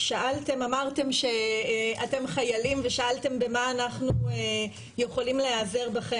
אמרתם שאתם חיילים ושאלתם במה אנחנו יכולים להיעזר בכם.